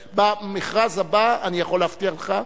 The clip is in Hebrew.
במכרז הבא, אני יכול להבטיח לך,